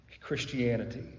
Christianity